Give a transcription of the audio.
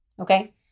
Okay